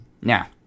Now